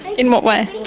in what way?